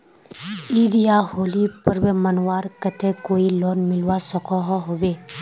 ईद या होली पर्व मनवार केते कोई लोन मिलवा सकोहो होबे?